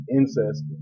incest